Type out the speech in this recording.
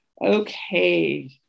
Okay